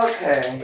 Okay